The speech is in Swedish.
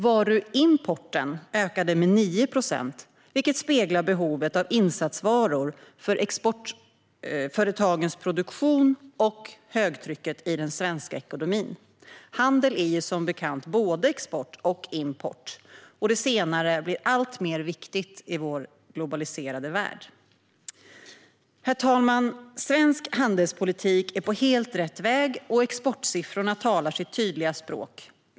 Varuimporten ökade med 9 procent, vilket speglar behovet av insatsvaror för exportföretagens produktion och högtrycket i den svenska ekonomin. Handel är som bekant både export och import, och det senare blir alltmer viktigt i vår globaliserade värld. Herr talman! Svensk handelspolitik är på helt rätt väg och exportsiffrorna talar sitt tydliga språk.